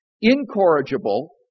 incorrigible